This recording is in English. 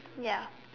ya